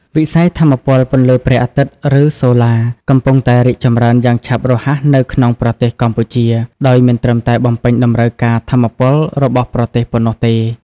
វិស័យថាមពលពន្លឺព្រះអាទិត្យ ឬ "សូឡា" កំពុងតែរីកចម្រើនយ៉ាងឆាប់រហ័សនៅក្នុងប្រទេសកម្ពុជា ដោយមិនត្រឹមតែបំពេញតម្រូវការថាមពលរបស់ប្រទេសប៉ុណ្ណោះទេ។